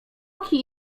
wysoki